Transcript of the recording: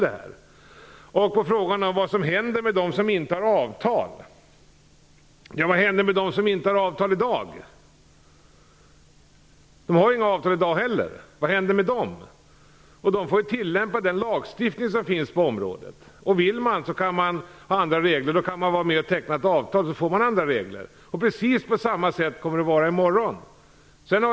Det frågades vad som händer med dem som inte har avtal. Vad händer med dem som inte har avtal i dag? Det är ju så redan i dag. De får tillämpa den lagstiftning som finns på området. Om de vill ha andra regler kan de vara med och teckna ett avtal. Precis på samma sätt kommer det att vara fortsättningsvis.